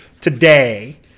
today